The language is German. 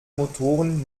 motoren